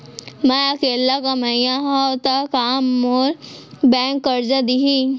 मैं अकेल्ला कमईया हव त का मोल बैंक करजा दिही?